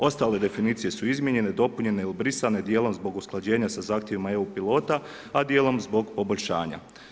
Ostale definicije su izmijenjene, dopunjene ili brisane dijelom zbog usklađenja sa zahtjevima EU pilota, a dijelom zbog poboljšanja.